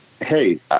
Hey